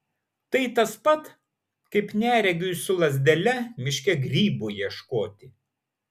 tai tas pat kaip neregiui su lazdele miške grybų ieškoti